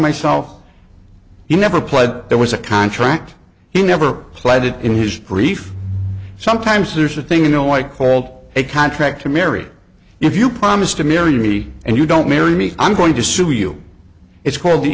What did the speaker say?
myself he never pled there was a contract he never played it in his brief sometimes there's a thing you know i called a contract to marry if you promise to marry me and you don't marry me i'm going to sue you it's called the